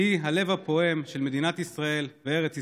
היא הלב הפועם של מדינת ישראל וארץ ישראל.